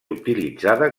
utilitzada